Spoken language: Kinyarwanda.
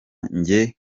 njye